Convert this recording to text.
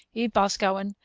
e. boscawen.